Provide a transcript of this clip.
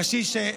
קשיש,